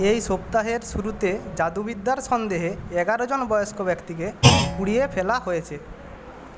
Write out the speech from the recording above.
এই সপ্তাহের শুরুতে জাদুবিদ্যার সন্দেহে এগারোজন বয়স্ক ব্যাক্তিকে পুড়িয়ে ফেলা হয়েছে